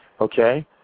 Okay